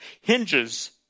hinges